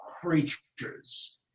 creatures